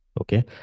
Okay